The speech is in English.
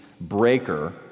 breaker